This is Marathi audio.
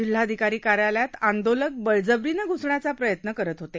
जिल्हाधिकारी कार्यालयात आंदोलक बळजबरीनं घ्सण्याचा प्रयत्न करत होते